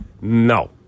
No